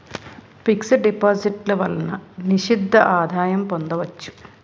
fix డిపాజిట్లు వలన నిర్దిష్ట ఆదాయం పొందవచ్చు